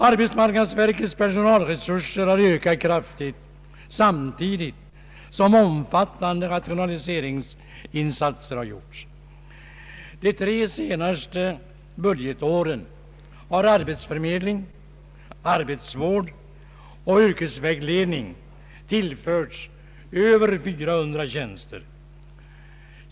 Arbetsmarknadsverkets = personalresurser har ökat kraftigt, samtidigt som omfattande rationaliseringsinsatser gjorts. De tre senaste budgetåren har arbetsförmedling, arbetsvård och yrkesvägledning tillförts över 400 tjänster.